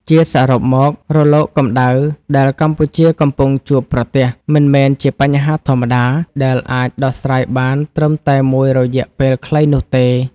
ជាសរុបមក រលកកម្ដៅដែលកម្ពុជាកំពុងជួបប្រទះ មិនមែនជាបញ្ហាធម្មតាដែលអាចដោះស្រាយបានត្រឹមតែមួយរយៈពេលខ្លីនោះទេ។